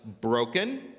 broken